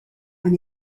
and